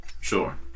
Sure